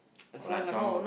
no lah this one all